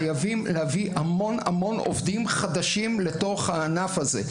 חייבים להביא המון-המון עובדים חדשים לתוך הענף הזה.